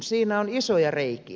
siinä on isoja reikiä